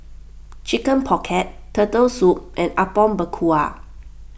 Chicken Pocket Turtle Soup and Apom Berkuah